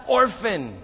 orphan